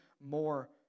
more